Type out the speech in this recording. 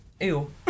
Ew